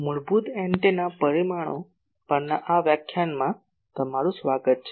મૂળભૂત એન્ટેના પરિમાણો પરના આ વ્યાખ્યાનમાં તમારું સ્વાગત છે